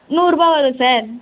நூறுரூபா வரும் சார்